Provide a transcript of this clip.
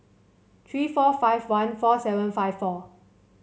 three four five one four seven five four